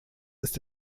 ist